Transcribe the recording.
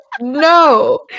no